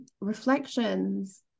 reflections